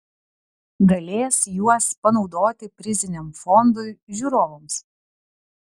galės juos panaudoti priziniam fondui žiūrovams